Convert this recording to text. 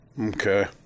Okay